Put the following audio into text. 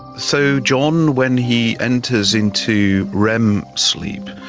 so john, when he enters into rem sleep,